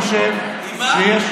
אני חושב שיש,